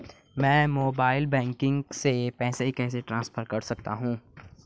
मैं mobile banking से पैसे कैसे ट्रांसफर कर सकता हूं?